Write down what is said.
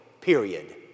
period